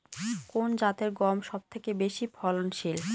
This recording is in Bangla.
কোন জাতের গম সবথেকে বেশি ফলনশীল?